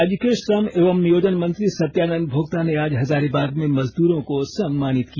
राज्य के श्रम एवं नियोजन मंत्री सत्यानंद भोक्ता ने आज हजारीबाग में मजदूरों को सम्मानित किया